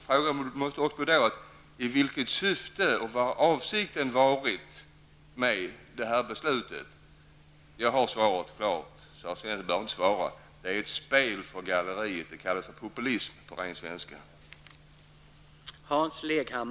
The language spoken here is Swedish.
Frågan uppstår då i vilket syfte och vilken avsikten har varit med beslutet. Jag har svaret: Det är ett spel för galleriet. Det kallas på ren svenska för populism.